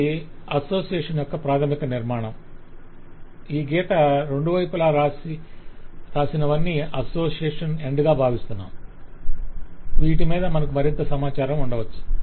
ఇది అసోసియేషన్ యొక్క ప్రాధమిక నిర్మాణం ఈ గీత రెండువైపులా రాసినవన్నీ 'అసోసియేషన్ ఎండ్' గా భావిస్తము వీటిమీద మనకు మరింత సమాచారం ఉండవచ్చు